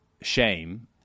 shame